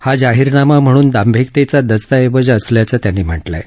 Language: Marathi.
हा जाहीरनामा म्हणून दांभिकतेचा दस्तऐवज असल्याचं त्यांनी म्हटलं आहे